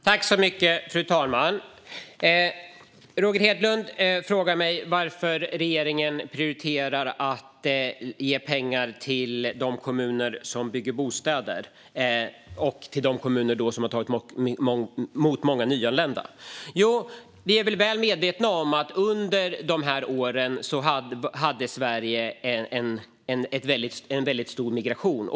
Fru talman! Roger Hedlund frågar mig varför regeringen prioriterar att ge pengar till de kommuner som bygger bostäder och till de kommuner som har tagit emot många nyanlända. Jo, vi är väl medvetna om att Sverige under dessa år hade en stor migration.